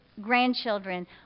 grandchildren